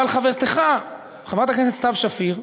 אבל חברתך חברת הכנסת סתיו שפיר,